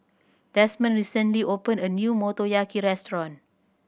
Desmond recently opened a new Motoyaki Restaurant